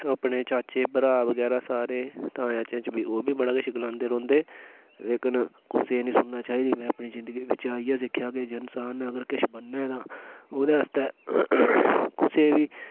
अपने चाचे भ्राऽ बगैरा सारे ताएं चाचे बिच्च बी ओह् बी बड़ा किश गलांदे रौंह्दे लेकिन कुसै दी नेईं सुननी चाहिदी में अपनी जिन्दगी बिच्च आइए सिक्खेआ जे इन्सान ने अगर किश बनना ऐ तां ओह्दे आस्तै कुसै बी